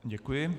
Děkuji.